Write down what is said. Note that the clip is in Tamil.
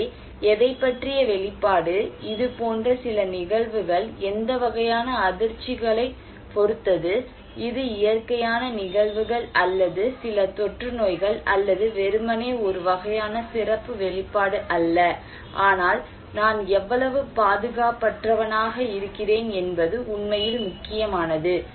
எனவே எதைப் பற்றிய வெளிப்பாடு இது போன்ற சில நிகழ்வுகள் எந்த வகையான அதிர்ச்சிகளைப் பொறுத்தது இது இயற்கையான நிகழ்வுகள் அல்லது சில தொற்றுநோய்கள் அல்லது வெறுமனே ஒரு வகையான சிறப்பு வெளிப்பாடு அல்ல ஆனால் நான் எவ்வளவு பாதுகாப்பற்றவனாக இருக்கிறேன் என்பது உண்மையில் முக்கியமானது